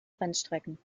rennstrecken